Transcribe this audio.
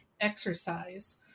exercise